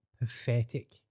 pathetic